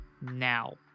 now